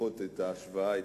לדחות את ההשוואה אצלי,